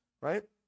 Right